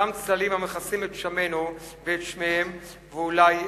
אותם צללים המכסים את שמינו ואת שמיהם ואולי ישותנו."